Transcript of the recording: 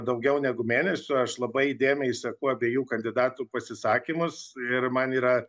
daugiau negu mėnesio aš labai įdėmiai seku abiejų kandidatų pasisakymus ir man yra